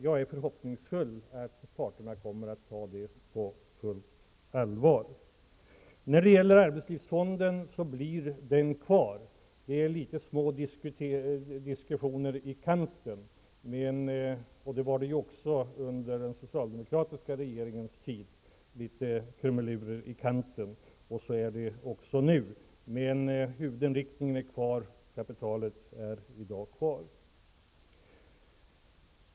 Jag är förhoppningsfull i fråga om att parterna kommer att ta det ansvaret på fullt allvar. Arbetslivsfonden blir kvar. Det är fråga om små diskussioner, litet ''krumelurer i kanten'', som det också var under den socialdemokratiska regeringens tid. Men huvudinriktningen är kvar, och kapitalet är i dag kvar.